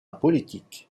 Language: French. politique